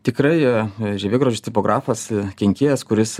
tikrai žievėgraužis tipografas kenkėjas kuris